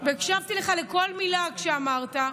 והקשבתי לך לכל מילה כשדיברת,